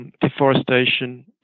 Deforestation